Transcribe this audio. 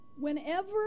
Whenever